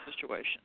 situation